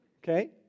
Okay